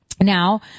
Now